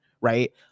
right